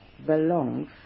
belongs